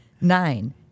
nine